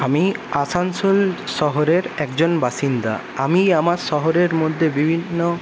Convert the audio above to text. আমি আসানসোল শহরের একজন বাসিন্দা আমি আমার শহরের মধ্যে বিভিন্ন